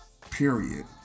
period